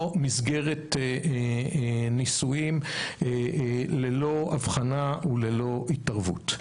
מסגרת נישואים ללא הבחנה וללא התערבות.